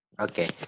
Okay